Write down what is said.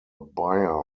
buyer